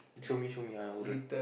show me show me